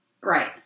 Right